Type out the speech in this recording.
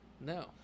No